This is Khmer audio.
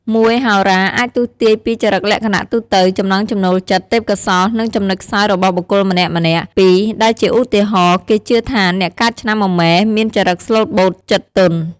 ១ហោរា អាចទស្សន៍ទាយពីចរិតលក្ខណៈទូទៅ ចំណង់ចំណូលចិត្ត ទេពកោសល្យ និងចំណុចខ្សោយរបស់បុគ្គលម្នាក់ៗ។ ២ដែលជាឧទាហរណ៍ គេជឿថាអ្នកកើតឆ្នាំមមែ មានចរិតស្លូតបូត ចិត្តទន់។